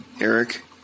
Eric